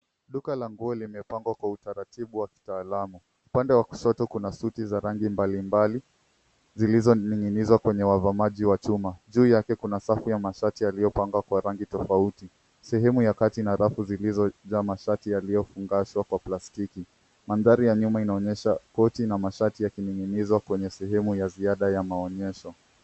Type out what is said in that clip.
Duka la nguo limepangwa kwa utaratibu wa kitaalamu. Upande wa kushoto kuna suti za rangi mbalimbali zilzoning'nizwa kwenye wavamaji wa chuma, juu yake kuna safu wa mashati yaliopangwa kwa rangi tofauti , sehemu ya kati na rafu zilzojaa mashati yaliofungasswa kwa plastiki. Mandhari ya nyuma inaonyesha koti na mashati yakining'nizwa kwenye sehemu ya ziada ya maonyesho.